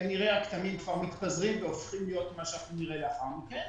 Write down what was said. כנראה הכתמים כבר מתפזרים והופכים להיות מה שנראה לאחר מכן.